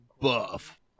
buff